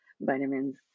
vitamins